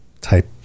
type